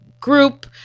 group